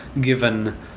given